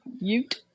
Ute